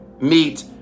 meet